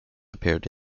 appeared